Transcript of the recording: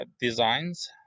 designs